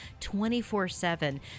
24-7